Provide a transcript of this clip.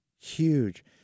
huge